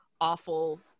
awful